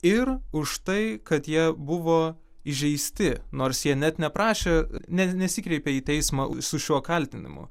ir už tai kad jie buvo įžeisti nors jie net neprašė ne nesikreipė į teismą su šiuo kaltinimu